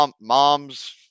mom's